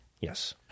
Yes